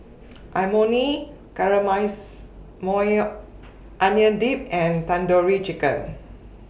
Imoni Caramelized Maui Onion Dip and Tandoori Chicken